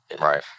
Right